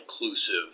inclusive